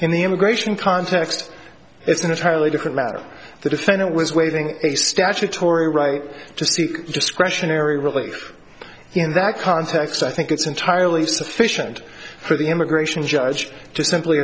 in the immigration context it's an entirely different matter the defendant was waiving a statutory right to seek discretionary relief in that context i think it's entirely sufficient for the immigration judge to simply